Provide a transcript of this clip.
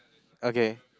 okay